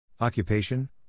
Occupation